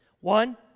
One